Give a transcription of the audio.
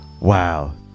Wow